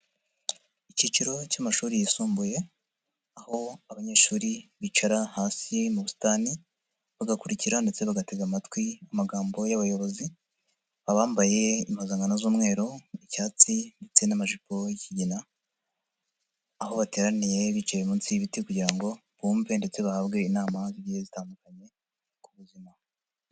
Icyiciro cy'amashuri yisumbuye, aho abanyeshuri bicara hasi mu busitani, bagakurikira ndetse bagatega amatwi amagambo y'abayobozi, abambaye impuzankano z'umweru, icyatsi ndetse n'amajipo y'ikigina, aho bateraniye bicaye munsi y'ibiti kugira ngo bumve ndetse bahabwe inama zigiye zitandukanye ku buzima.